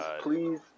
please